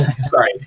Sorry